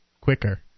quicker